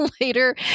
later